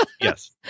Yes